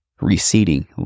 receding